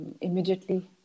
immediately